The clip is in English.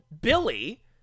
Billy